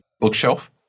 bookshelf